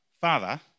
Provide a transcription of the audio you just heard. Father